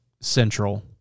central